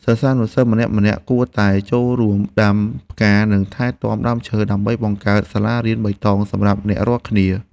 សិស្សានុសិស្សម្នាក់ៗគួរតែចូលរួមដាំផ្កានិងថែទាំដើមឈើ ដើម្បីបង្កើតសាលារៀនបៃតងសម្រាប់អ្នករាល់គ្នា។